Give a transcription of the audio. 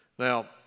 Now